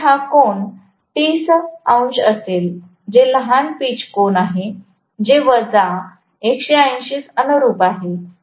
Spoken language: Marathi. माझ्याकडे हा कोन 30 अंश असेल जे लहान पिच कोन आहे जे वजा 180 स अनुरुप आहे